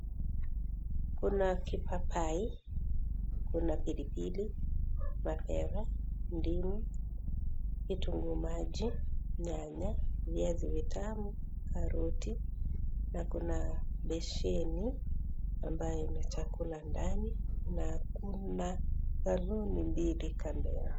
Kuna kipapai, kuna pili pili, mapera, ndimu, kitunguu maji, nyanya, viazi vitamu, karoti na kuna besheni ambayo ina chakula ndani na kuna baluni mbili kando yao.